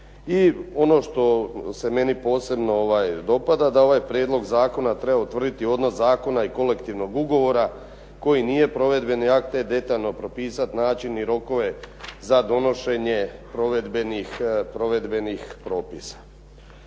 ono što se meni posebno dopada da ovaj prijedlog zakona treba utvrditi odnos zakona i kolektivnog ugovora koji nije provedbeni akt, te detaljno propisati način i rokove za donošenje provedbenih propisa.